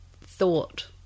thought